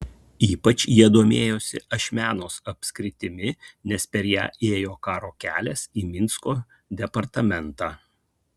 ypač jie domėjosi ašmenos apskritimi nes per ją ėjo karo kelias į minsko departamentą